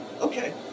Okay